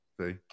See